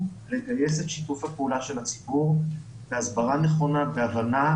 לגייס את שיתוף הפעולה של הציבור בהסברה נכונה והבנה,